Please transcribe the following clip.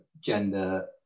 gender